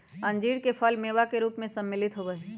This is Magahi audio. अंजीर के फल मेवा के रूप में सम्मिलित होबा हई